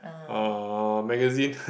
uh magazine